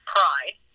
Pride